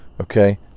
okay